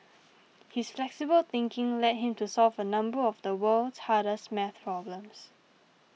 his flexible thinking led him to solve a number of the world's hardest math problems